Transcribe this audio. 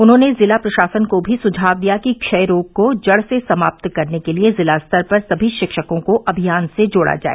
उन्होंने जिला प्रशासन को भी सुझाव दिया कि क्षय रोग को जड़ से समाप्त करने के लिए जिला स्तर पर समी शिक्षकों को अभियान से जोड़ा जाए